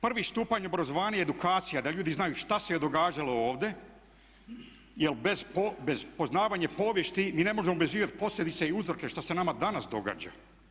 Prvi stupanj obrazovanje i edukacija da ljudi znaju šta se je događalo ovdje, jer bez poznavanja povijesti mi ne možemo … posljedice i uzroke što se nama danas događa.